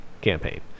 campaign